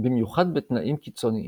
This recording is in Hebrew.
במיוחד בתנאים קיצוניים.